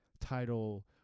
title